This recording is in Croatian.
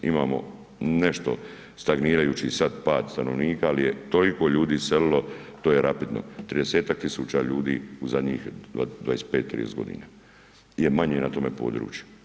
Imamo nešto stagnirajući sad pad stanovnika, al je toliko ljudi iselilo, to je rapidno, 30-tak tisuća ljudi u zadnjih 25-30.g. je manje na tome području.